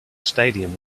stadium